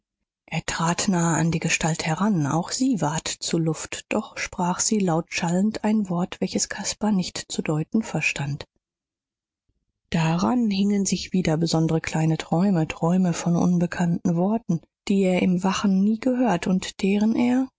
er trat nahe an die gestalt heran auch sie ward zu luft doch sprach sie lautschallend ein wort welches caspar nicht zu deuten verstand daran hingen sich wieder besondere kleine träume träume von unbekannten worten die er im wachen nie gehört und deren er